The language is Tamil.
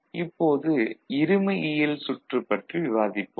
இப்போது இருமையியல் சுற்றுப் பற்றி விவாதிப்போம்